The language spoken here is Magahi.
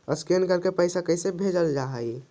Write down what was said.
स्कैन करके पैसा कैसे भेजल जा हइ?